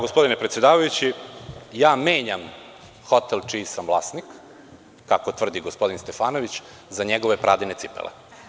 Gospodine predsedavajući, ja menjam hotel čiji sam vlasnik, kako tvrdi gospodin Stefanović, za njegove Pradine cipele.